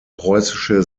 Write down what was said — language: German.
preußische